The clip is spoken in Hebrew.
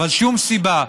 אבל שום סיבה,